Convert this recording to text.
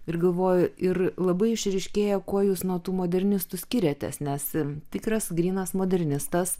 ir galvoju ir labai išryškėja kuo jūs nuo tų modernistų skiriatės nes tikras grynas modernistas